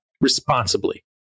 responsibly